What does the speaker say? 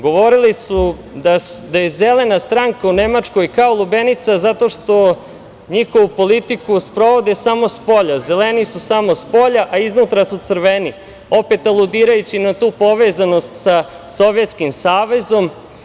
Govorili su da je Zelena stranka u Nemačkoj, kao lubenica zato što njihovu politiku sprovode samo spolja, zeleni su samo spolja, a iznutra su crveni, opet aludirajući na tu povezanost sa Sovjetskim savezom.